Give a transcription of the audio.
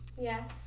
yes